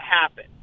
happen